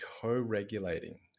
co-regulating